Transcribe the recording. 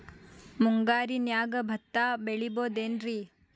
ಮುಂಗಾರಿನ್ಯಾಗ ಭತ್ತ ಬೆಳಿಬೊದೇನ್ರೇ?